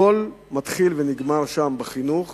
הכול מתחיל ונגמר שם בחינוך,